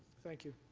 thank you.